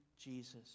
Jesus